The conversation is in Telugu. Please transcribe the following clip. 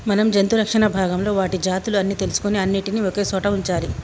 మనం జంతు రక్షణ భాగంలో వాటి జాతులు అన్ని తెలుసుకొని అన్నిటినీ ఒకే సోట వుంచాలి